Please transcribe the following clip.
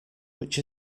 which